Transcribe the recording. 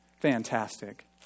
fantastic